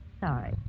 Sorry